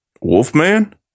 Wolfman